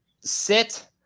sit